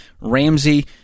ramsey